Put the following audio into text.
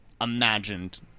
imagined